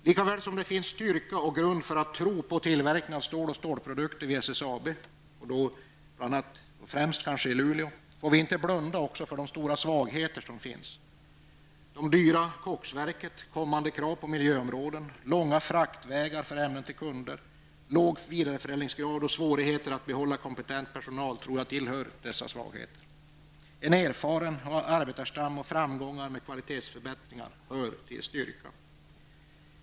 Lika väl som det finns styrka och grund för att tro på tillverkningen av stål och stålprodukter vid SSAB, kanske främst i Luleå, får vi inte blunda för de stora svagheter som finns. Det dyra koksverket, kommande krav på miljöområdet, långa fraktvägar för ämnen till kunder, låg vidareförädlingsgrad och svårigheter att behålla kompetent personal tror jag tillhör dessa svagheter. En erfaren arbetarstam och framgångar med kvalitetsförbättringar hör till styrkan.